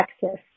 Texas